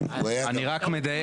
אני רק מדייק,